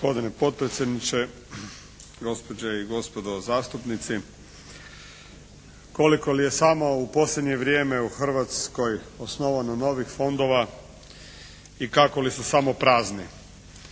Gospodine potpredsjedniče, gospođe i gospodo zastupnici. Koliko li je samo u posljednje vrijeme u Hrvatskoj osnovano novih fondova i kako li su samo prazni